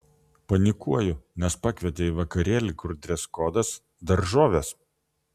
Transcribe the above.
panikuoju nes pakvietė į vakarėlį kur dreskodas daržovės